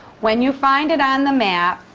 when you find it on the map,